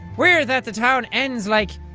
weird that the town ends like,